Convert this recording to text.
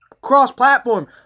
cross-platform